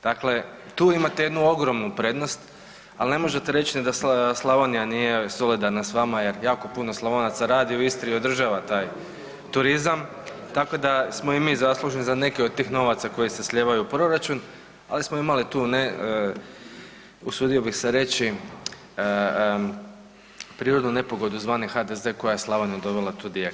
Dakle, tu imate jednu ogromnu prednost, al ne možete reći ni da Slavonija nije solidarna s vama jer jako puno Slavonaca radi u Istri i održava taj turizam, tako da smo i mi zaslužni za neke od tih novaca koji se slijevaju u proračun, ali smo imali tu ne, usudio bih se reći, prirodnu nepogodu zvani HDZ koja je Slavoniju dovela tu di je.